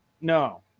No